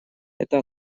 это